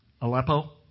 Aleppo